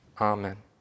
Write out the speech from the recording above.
Amen